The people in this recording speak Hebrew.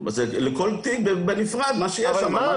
לכל תיק בנפרד מה שיש שמה.